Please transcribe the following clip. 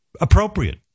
Appropriate